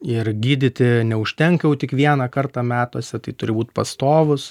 ir gydyti neužtenka jau tik vieną kartą metuose tai turi būt pastovus